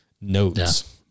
notes